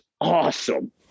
awesome